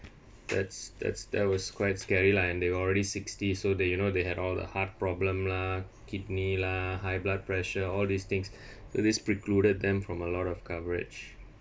that's that's that was quite scary lah and they're already sixty so that you know they had all the heart problem lah kidney lah high blood pressure all these things so these precluded them from a lot of coverage